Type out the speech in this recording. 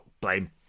blame